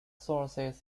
sources